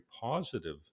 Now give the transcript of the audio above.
positive